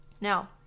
Now